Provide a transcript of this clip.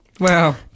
Wow